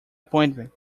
appointment